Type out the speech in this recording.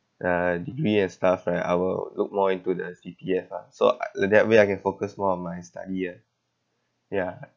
uh degree and stuff right I will look more into the C_P_F ah so uh that way I can focus more on my study ah ya